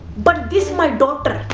but this my daughter,